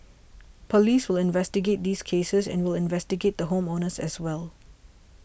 police will investigate these cases and we'll investigate the home owners as well